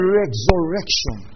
resurrection